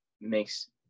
makes